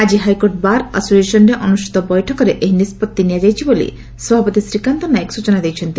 ଆକି high court bar ଆସୋସିଏସନ୍ରେ ଅନୁଷିତ ବୈଠକରେ ଏହି ନିଷ୍ବଭି ନିଆଯାଇଛି ବୋଲି ସଭାପତି ଶ୍ରୀକାନ୍ତ ନାୟକ ସ୍ଚନା ଦେଇଛନ୍ତି